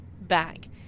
back